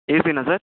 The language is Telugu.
ఏసీనా సార్